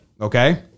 Okay